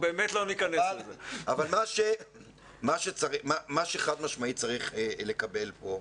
מה שחד משמעית צריך לקבל פה,